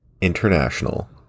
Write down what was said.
international